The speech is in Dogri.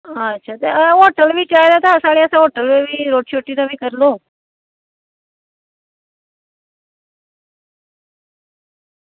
अच्छा ते होटल बी साढ़े आस्तै होटल च बी रुट्टी शुट्टी दा करी लैओ